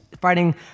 fighting